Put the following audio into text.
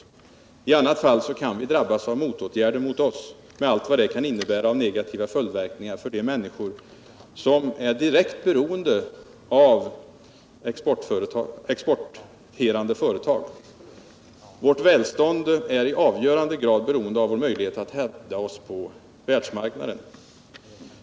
Om vi inte gör det, kan vi drabbas av motåtgärder med allt vad de kan innebära av negativa följdverkningar för de människor som är direkt beroende av exporterande företag. Vårt välstånd är i avgörande grad beroende av vår möjlighet att hävda oss på världsmarknaden.